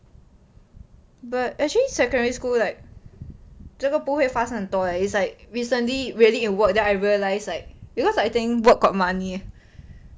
but actually secondary school like 这个不会发生很多 leh it's like recently really it work then I realize like because I think work got money